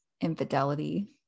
infidelity